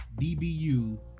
DBU